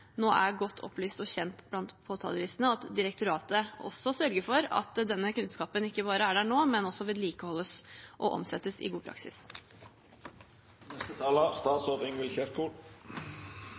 nå er godt opplyst og kjent blant påtalejuristene, og at direktoratet også sørger for at denne kunnskapen ikke bare er der nå, men også vedlikeholdes og omsettes i god